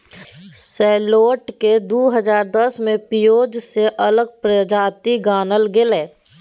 सैलोट केँ दु हजार दस मे पिओज सँ अलग प्रजाति गानल गेलै